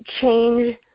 change